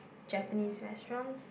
Japanese restaurants